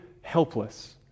helpless